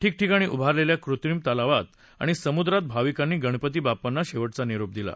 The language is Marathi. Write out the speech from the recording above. ठिकठिकाणी उभारलेल्या कृत्रिम तलावात आणि समुद्रात भाविकांनी गणपती बाप्पांना निरोप दिला